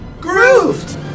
Grooved